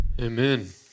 Amen